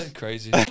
crazy